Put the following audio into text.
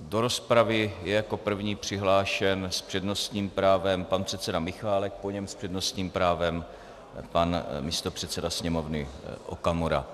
Do rozpravy je jako první přihlášen s přednostním právem pan předseda Michálek, po něm s přednostním právem pan místopředseda Sněmovny Okamura.